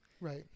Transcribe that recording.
Right